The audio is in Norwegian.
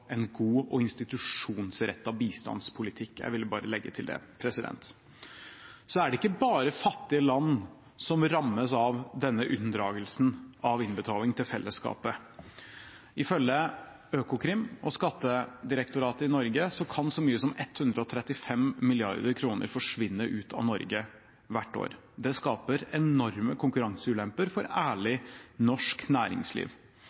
en god og institusjonsrettet bistandspolitikk. Jeg ville bare legge til det. Så er det ikke bare fattige land som rammes av denne unndragelsen av innbetaling til fellesskapet. Ifølge Økokrim og Skattedirektoratet i Norge kan så mye som 135 mrd. kr forsvinne ut av Norge hvert år. Det skaper enorme konkurranseulemper for ærlig norsk næringsliv.